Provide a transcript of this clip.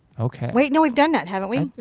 okay. wait, no we've done that haven't we?